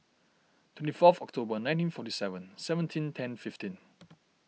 twenty four of October nineteen forty seven seventeen ten fifteen